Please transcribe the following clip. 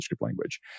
language